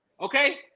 okay